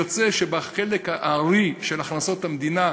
יוצא שבחלק הארי של הכנסות המדינה,